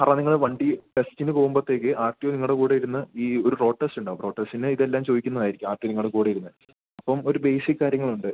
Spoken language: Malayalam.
സാറെ നിങ്ങൾ വണ്ടി ടെസ്റ്റിന് പോവുമ്പത്തേക്ക് ആർ ടി ഒ നിങ്ങളുടെകൂടെ ഇരുന്ന് ഈ ഒരു റോ ടെസ്റ്റ് ഉണ്ടാവും റോ ടെസ്റ്റിന് ഇതെല്ലാം ചോദിക്കുന്നതായിരിക്കും ആർ ടി ഒ നിങ്ങളുടെ കൂടെ ഇരുന്ന് അപ്പം ഒരു ബേസിക് കാര്യങ്ങളുണ്ട്